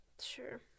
sure